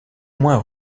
moins